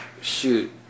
shoot